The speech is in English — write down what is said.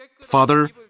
Father